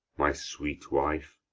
my sweet wife,